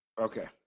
Okay